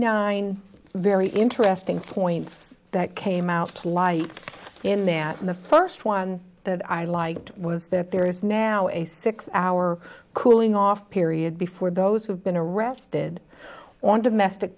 nine very interesting points that came out lie in there in the first one that i liked was that there is now a six hour cooling off period before those who've been arrested on domestic